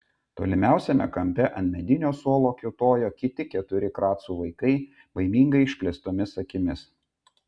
tolimiausiame kampe ant medinio suolo kiūtojo kiti keturi kracų vaikai baimingai išplėstomis akimis